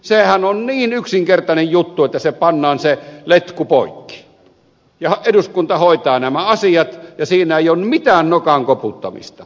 sehän on niin yksinkertainen juttu että pannaan se letku poikki ja eduskunta hoitaa nämä asiat ja siinä ei ole mitään nokan koputtamista